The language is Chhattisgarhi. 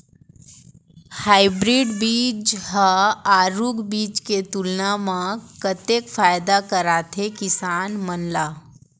हाइब्रिड बीज हा आरूग बीज के तुलना मा कतेक फायदा कराथे किसान मन ला?